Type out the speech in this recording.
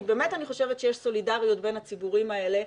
כי באמת אני חושבת שיש סולידריות בין הציבורים האלה,